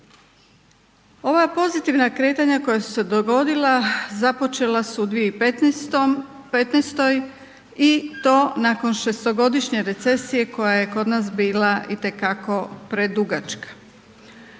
Ova pozitivna kretanja koja su se dogodila započela su 2015. i to nakon šestogodišnje recesije koja je kod nas bila itekako predugačka.